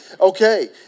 okay